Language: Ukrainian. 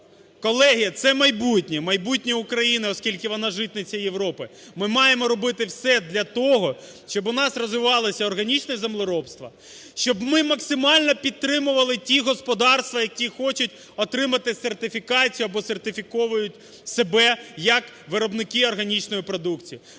Колеги, це майбутнє, майбутнє України, оскільки вона – житниця Європи. Ми маємо робити все для того, щоб у нас розвивалося органічне землеробство, щоб ми максимально підтримували ті господарства, які хочуть отримати сертифікацію або сертифіковують себе як виробники органічної продукції.